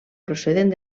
procedent